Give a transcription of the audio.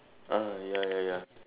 ah ya ya ya